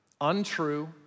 untrue